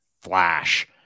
flash